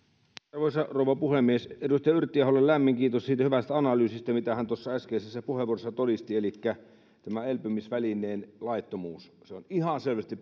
arvoisa rouva puhemies edustaja yrttiaholle lämmin kiitos siitä hyvästä analyysistä mitä hän tuossa äskeisessä puheenvuorossaan todisti elikkä tämä elpymisvälineen laittomuus se on ihan selvästi